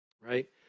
right